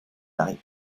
night